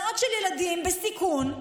מאות של ילדים בסיכון,